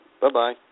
bye-bye